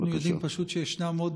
יש להם צרכים,